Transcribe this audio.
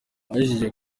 hashingiye